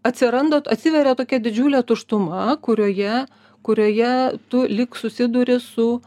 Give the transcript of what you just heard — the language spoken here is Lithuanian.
atsiranda atsiveria tokia didžiulė tuštuma kurioje kurioje tu lyg susiduri su